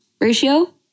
ratio